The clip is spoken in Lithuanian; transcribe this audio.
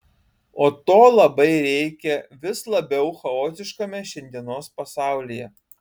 o to labai reikia vis labiau chaotiškame šiandienos pasaulyje